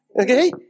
Okay